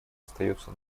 остается